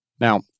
Now